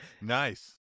Nice